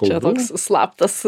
čia toks slaptas